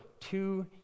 two